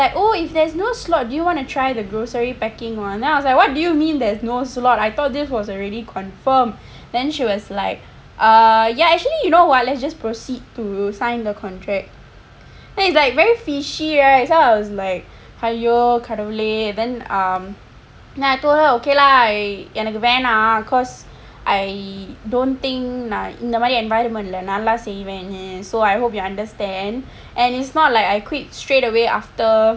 she's like oh if there's no slot do you want to try the grocery packing [one] then I was like what do you mean there's no slot I thought this was already confirmed then she was like err yes actually you know what let's just proceed to sign the contract then is like very fishy right so I was like !aiyo! கடவுளே:kadavule then um then I told her ok lah எனக்கு வேண்டாம்:enakku vaendaam cause I don't think நான் இந்த மாதிரி:naan intha maathiri environment இல்ல நல்லா செய்வேன்னு:illa nallaa seyvaennu so I hope you understand and it's not like I quit straight away after